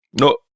No